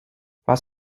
was